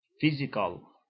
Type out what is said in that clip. Physical